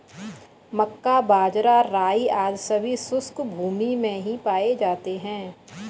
मक्का, बाजरा, राई आदि सभी शुष्क भूमी में ही पाए जाते हैं